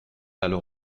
alors